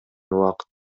убакыт